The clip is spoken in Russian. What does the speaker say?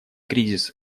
кризис